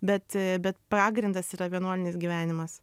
bet bet pagrindas yra vienuolinis gyvenimas